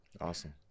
Awesome